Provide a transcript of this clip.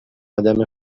ادم